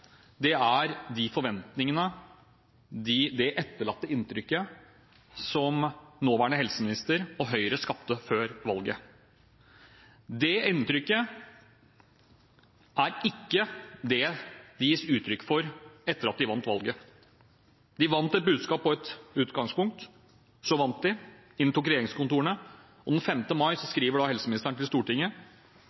dag, er de forventningene, det etterlatte inntrykket, som nåværende helseminister og Høyre skapte før valget. Det inntrykket er ikke det det gis uttrykk for etter at de vant valget. De vant et budskap og et utgangspunkt, så vant de valget, de inntok regjeringskontorene, og den 5. mai skriver helseministeren til Stortinget